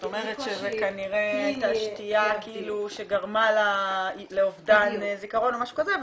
את אומרת שזו כנראה הייתה שתייה שגרמה לה לאובדן הזיכרון או משהו כזה,